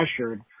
pressured